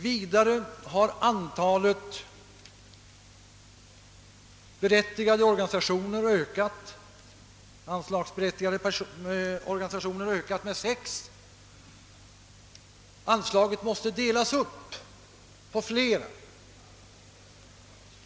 Vidare har antalet anslagsberättigade organisationer ökat med sex, så att anslaget måste nu delas upp på flera.